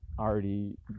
already